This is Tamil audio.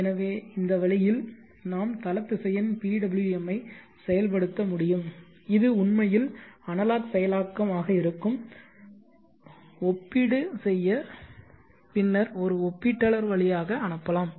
எனவே இந்த வழியில் நாம் தள திசையன் PWM ஐ செயல்படுத்த முடியும் இது உண்மையில் அனலாக் செயலாக்கம் ஆக இருக்கும் ஒப்பிடு செய்ய பின்னர் ஒரு ஒப்பீட்டாளர் வழியாக அனுப்பலாம்